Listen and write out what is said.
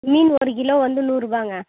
மீன் ஒரு கிலோ வந்து நூறுரூபாங்க